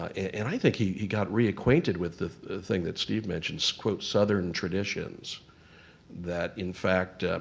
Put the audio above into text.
and i think he he got reacquainted with the thing that steve mentions, quote, southern traditions that in fact.